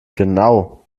genau